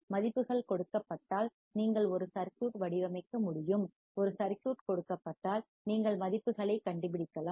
மதிப்புகள் கொடுக்கப்பட்டால் நீங்கள் ஒரு சர்க்யூட் வடிவமைக்க முடியும் ஒரு சர்க்யூட் கொடுக்கப்பட்டால் நீங்கள் மதிப்புகளைக் கண்டுபிடிக்கலாம்